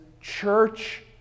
church